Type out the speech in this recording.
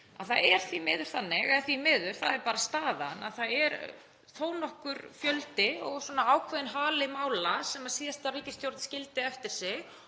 eða því miður; það er bara staðan að það er þó nokkur fjöldi og ákveðinn hali mála sem síðasta ríkisstjórn skildi eftir sig